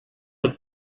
but